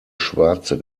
schwarze